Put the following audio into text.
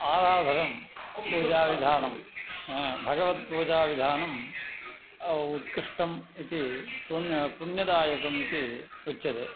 आराधनं पूजाविधानं भगवत् पूजाविधानम् उत्कृष्टम् इति पुण्यं पुण्यदायकम् इति उच्यते